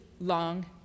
long